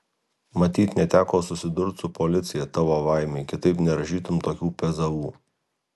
matyt neteko susidurt su policija tavo laimei kitaip nerašytum tokių pezalų